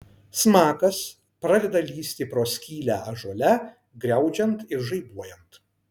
smakas pradeda lįsti pro skylę ąžuole griaudžiant ir žaibuojant